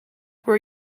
were